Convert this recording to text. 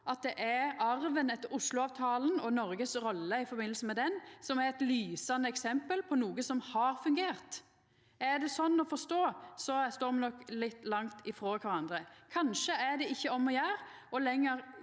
at det er arven etter Oslo-avtalen og Noregs rolle i forbindelse med han som er eit lysande eksempel på noko som har fungert. Er det sånn å forstå, står me nok litt langt ifrå kvarandre. Kanskje er det ikkje lenger